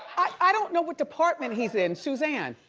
i don't know what department he's in, suzanne.